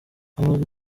amaze